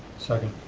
second.